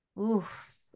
Oof